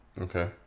Okay